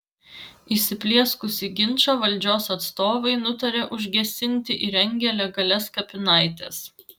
įsiplieskusį ginčą valdžios atstovai nutarė užgesinti įrengę legalias kapinaites